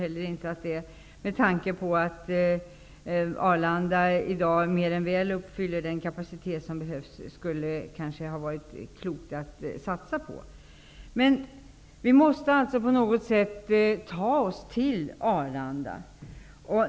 Med tanke på att Arlanda mer än väl har den kapaciteten som behövs, tror jag inte att det skulle ha varit klokt att satsa på det heller. Men vi måste alltså på något sätt ta oss till Arlanda.